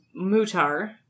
Mutar